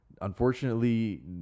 unfortunately